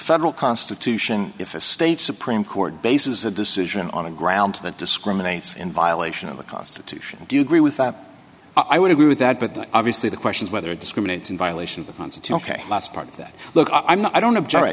federal constitution if a state supreme court bases a decision on a ground that discriminates in violation of the constitution do you agree with that i would agree with that but obviously the question is whether it discriminates in violation of months until last part of that look i'm not i don't object